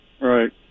Right